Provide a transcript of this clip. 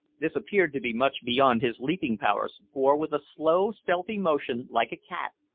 this appeared to be much beyond his leaping powers, for, with a slow, stealthy motion, like a cat,